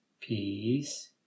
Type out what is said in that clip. Peace